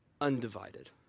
Undivided